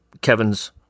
Kevin's